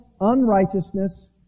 unrighteousness